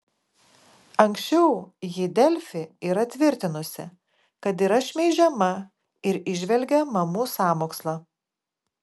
anksčiau ji delfi yra tvirtinusi kad yra šmeižiama ir įžvelgė mamų sąmokslą